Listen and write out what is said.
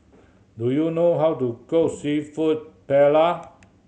do you know how to cook Seafood Paella